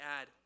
add